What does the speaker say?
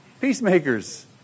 peacemakers